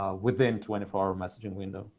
ah within twenty four messaging window,